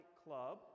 club